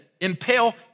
Impale